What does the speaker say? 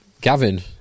Gavin